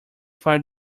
find